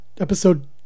episode